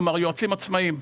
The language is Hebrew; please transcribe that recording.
כלומר, יועצים עצמאיים.